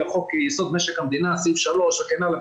חוק יסוד משק המדינה סעיף 3' וכן הלאה,